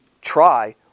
try